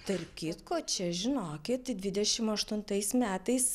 tarp kitko čia žinokit dvidešim aštuntais metais